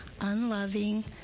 unloving